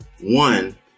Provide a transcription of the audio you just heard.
one